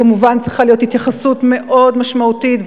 מובן שצריכה להיות התייחסות מאוד משמעותית,